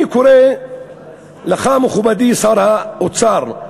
אני קורא לך, מכובדי שר האוצר,